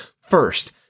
First